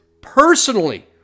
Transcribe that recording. personally